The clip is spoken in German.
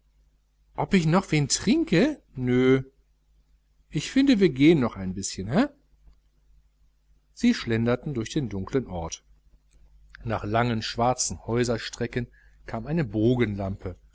ob ich noch wen trinke nö ich finde wir gehen noch ein bißchen hä sie schlenderten durch den dunklen ort nach langen schwarzen häuserstrecken kam eine bogenlampe